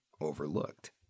overlooked